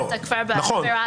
אתה כבר בעבירה.